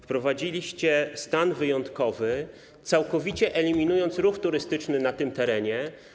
Wprowadziliście stan wyjątkowy, całkowicie eliminując ruch turystyczny na tym terenie.